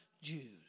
Jews